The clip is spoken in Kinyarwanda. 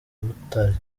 butare